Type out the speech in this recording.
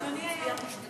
אדוני היושב-ראש,